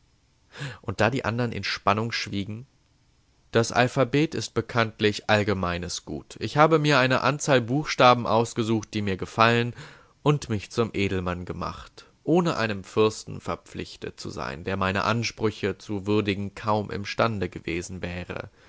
und da die andern in spannung schwiegen das alphabet ist bekanntlich allgemeines gut ich habe mir eine anzahl buchstaben ausgesucht die mir gefallen und mich zum edelmann gemacht ohne einem fürsten verpflichtet zu sein der meine ansprüche zu würdigen kaum imstande gewesen wäre